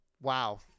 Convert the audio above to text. Wow